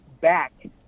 back